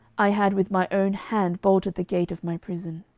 i had with my own hand bolted the gate of my prison!